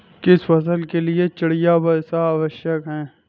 किस फसल के लिए चिड़िया वर्षा आवश्यक है?